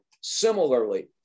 Similarly